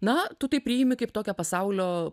na tu tai priimi kaip tokią pasaulio